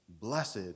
Blessed